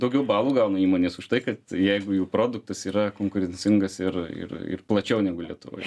daugiau balų gauna įmonės už tai kad jeigu jau produktas yra konkurencingas ir ir ir plačiau negu lietuvoj